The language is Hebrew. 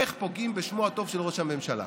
איך פוגעים בשמו הטוב של ראש הממשלה.